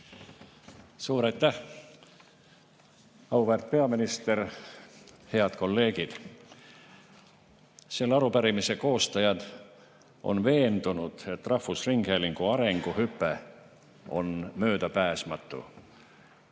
Suur aitäh! Auväärt peaminister! Head kolleegid! Selle arupärimise koostajad on veendunud, et rahvusringhäälingu arenguhüpe on möödapääsmatu.